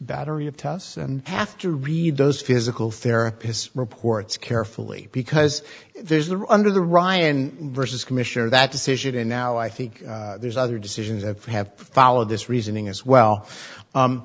battery of tests and have to read those physical therapists reports carefully because there's the the under ryan versus commissioner that decision and now i think there's other decisions that have followed this reasoning as well